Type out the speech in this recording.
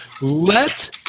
Let